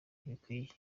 ntibikwiye